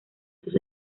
sus